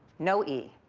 no e.